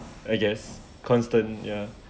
I guess constant ya